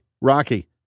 Rocky